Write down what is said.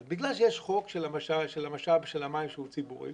בגלל שיש חוק של המשאב של המים שהוא משאב ציבורי.